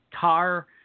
car